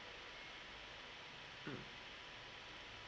mm